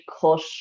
cut